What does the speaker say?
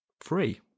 free